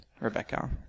Rebecca